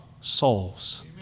souls